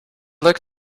like